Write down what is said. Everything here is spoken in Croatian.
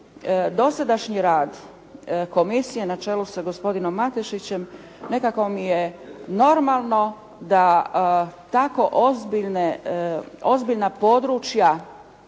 dosadašnji rad Komisije na čelu sa gospodinom Matešićem nekako mi je normalno da tako ozbiljne, ozbiljna